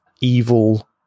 evil